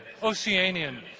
Oceanian